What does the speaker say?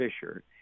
Fisher